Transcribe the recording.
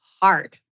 hard